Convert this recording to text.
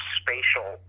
spatial